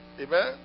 Amen